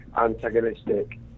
antagonistic